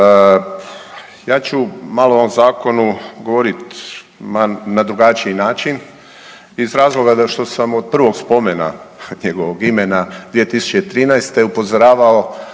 Ja ću malo o ovom Zakonu govoriti na drugačiji način iz razloga da što sam od prvog spomena njegovog imena 2013. upozoravao